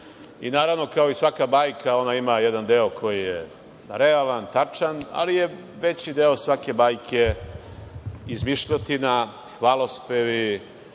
Naravno, kao i svaka bajka, on ima jedan deo koji je realan, tačan, ali je veći deo svake bajke izmišljotina, hvalospevi,